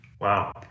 Wow